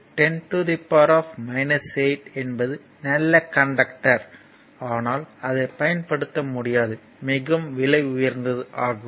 45 10 8 என்பது நல்ல கண்டக்டர் ஆனால் அதைப் பயன்படுத்த முடியாது மிகவும் விலை உயர்ந்தது ஆகும்